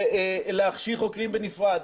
ולהכשיר חוקרים בנפרד,